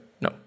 No